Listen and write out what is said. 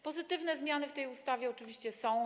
Pozytywne zmiany w tej ustawie oczywiście są.